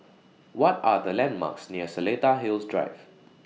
What Are The landmarks near Seletar Hills Drive